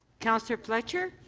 councillor fletcher.